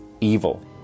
evil